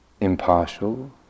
impartial